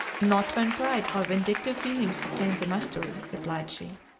not when pride or vindictive feelings obtain the mastery, replied she.